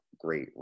great